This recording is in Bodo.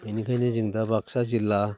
बेनिखायनो जों दा बाक्सा जिल्ला